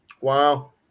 Wow